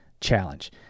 challenge